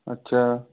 अच्छा